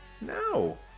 No